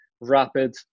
rapid